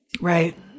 Right